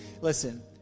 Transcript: Listen